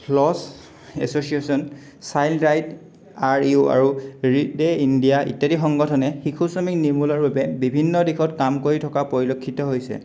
loss association child right are you আৰু read day India ইত্যাদি সংগঠনে শিশু শ্ৰমিক নিমূলৰ ৰূপে বিভিন্ন দিশত কাম কৰি থকা পৰিলক্ষিত হৈছে